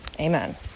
Amen